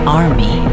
army